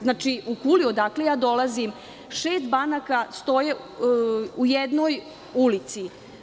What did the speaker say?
Znači, u Kuli odakle ja dolazim, šest banaka stoje u jednoj ulici.